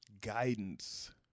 guidance